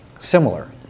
similar